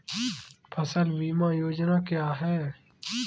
फसल बीमा योजना क्या है?